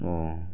ᱚ